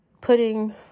putting